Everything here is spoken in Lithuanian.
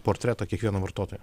portretą kiekvieno vartotojo